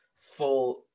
full